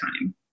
time